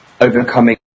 overcoming